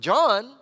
John